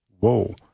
Whoa